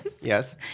Yes